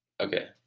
Okay